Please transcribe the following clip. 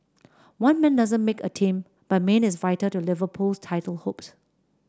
one man doesn't make a team but Mane is vital to Liverpool's title hopes